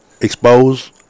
expose